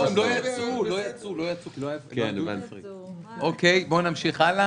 בואו נמשיך הלאה